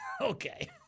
Okay